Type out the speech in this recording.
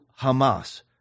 Hamas